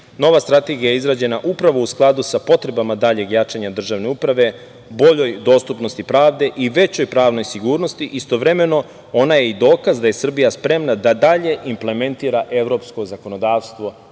Nova strategija je izgrađena upravo u skladu sa potrebama daljeg jačanja državne uprave, boljoj dostupnosti pravde i većoj pravoj sigurnosti, istovremeno ona je i dokaz da je Srbija spremna da dalje implementira evropsko zakonodavstvo